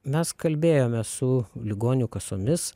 mes kalbėjome su ligonių kasomis